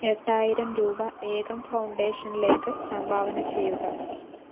എട്ടായിരം രൂപ ഏകം ഫൗണ്ടേഷനിലേക്ക് സംഭാവന ചെയ്യുക